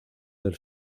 del